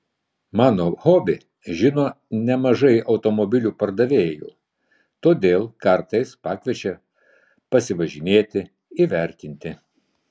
mano hobį žino nemažai automobilių pardavėjų todėl kartais pakviečia pasivažinėti įvertinti